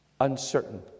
Uncertain